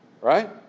Right